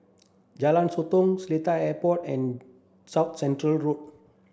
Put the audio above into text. Jalan Sotong Seletar Airport and South Canal Road